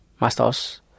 Masters